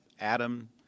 adam